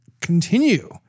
continue